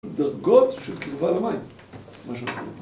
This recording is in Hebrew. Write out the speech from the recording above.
דרגות של קרבה למים